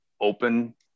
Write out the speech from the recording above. open